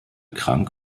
krank